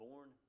Born